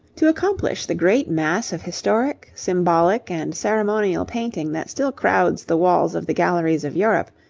to accomplish the great mass of historic, symbolic, and ceremonial painting that still crowds the walls of the galleries of europe,